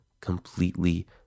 completely